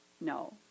No